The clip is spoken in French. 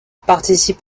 participe